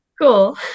Cool